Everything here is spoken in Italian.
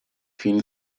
film